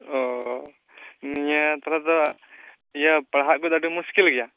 ᱚ ᱱᱤᱭᱟ ᱛᱟᱦᱚᱞᱮ ᱫᱚ ᱤᱭᱟ ᱯᱟᱲᱦᱟᱜ ᱠᱚᱫᱚ ᱟ ᱰᱤ ᱢᱩᱥᱠᱤᱞ ᱜᱮᱭᱟ